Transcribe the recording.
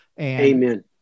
Amen